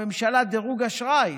הממשלה, קבענו דירוג אשראי,